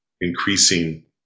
increasing